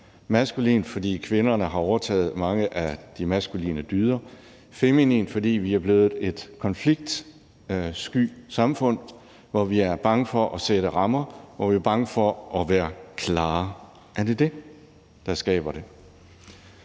maskulint, fordi kvinderne har overtaget mange af de maskuline dyder, og feminint, fordi vi er blevet et konfliktsky samfund, hvor vi er bange for at sætte rammer, og hvor vi er bange for at være klare. Er det det, der skaber det?